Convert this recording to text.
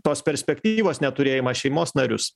tos perspektyvos neturėjimą šeimos narius